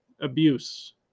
abuse